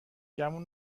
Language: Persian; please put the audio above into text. گمون